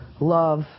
love